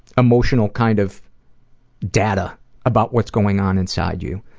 emotional kind of data about what's going on inside you.